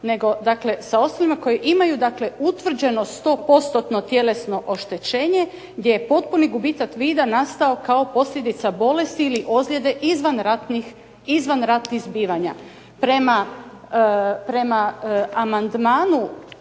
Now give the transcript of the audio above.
nego sa osobama koje imaju utvrđeno 100%-tno tjelesno oštećenje gdje je potpuni gubitak vida nastao kao posljedica bolesti ili ozljede izvan ratnih zbivanja. Prema amandmanu